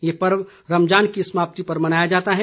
यह पर्व रमजान की समाप्ति पर मनाया जाता है